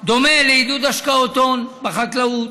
דומה לעידוד השקעות הון בחקלאות,